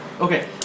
Okay